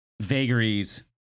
vagaries